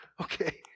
okay